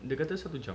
dia kata satu jam